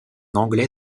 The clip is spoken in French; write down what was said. anglais